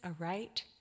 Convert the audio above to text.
aright